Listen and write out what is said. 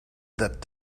that